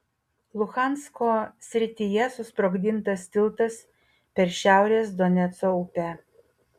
luhansko srityje susprogdintas tiltas per šiaurės doneco upę